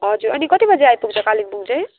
हजुर अनि कति बजी आइपुग्छ कालिम्पोङ चाहिँ